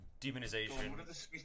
demonization